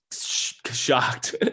shocked